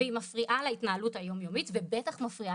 והיא מפריעה להתנהלות היום יומית ובטח מפריעה